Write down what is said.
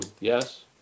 Yes